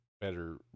better